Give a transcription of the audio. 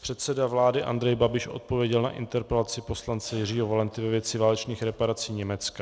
Předseda vlády Andrej Babiš odpověděl na interpelaci poslance Jiřího Valenty ve věci válečných reparací Německa.